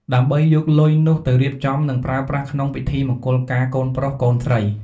ដើម្បីយកលុយនោះទៅ រៀបចំ និងប្រើប្រាស់ក្នុងពិធីមង្គលការកូនប្រុស កូនស្រី។